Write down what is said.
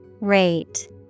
Rate